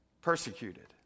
Persecuted